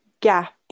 gap